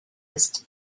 ist